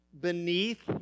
beneath